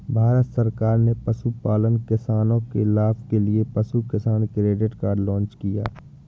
भारत सरकार ने पशुपालन किसानों के लाभ के लिए पशु किसान क्रेडिट कार्ड लॉन्च किया